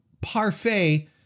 parfait